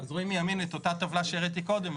אז רואים מימין את אותה טבלה שהראיתי קודם.